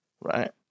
right